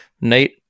Nate